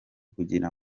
kugira